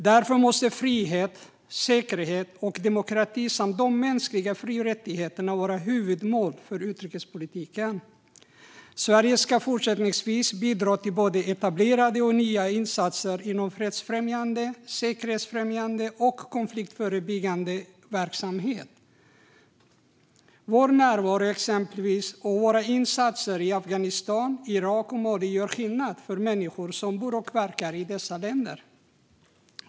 Därför måste frihet, säkerhet och demokrati samt de mänskliga fri och rättigheterna vara huvudmål för utrikespolitiken. Sverige ska fortsättningsvis bidra till både etablerade och nya insatser inom fredsfrämjande, säkerhetsfrämjande och konfliktförebyggande verksamhet. Vår närvaro och våra insatser i exempelvis Afghanistan, Irak och Mali gör skillnad för människor som bor och verkar i dessa länder.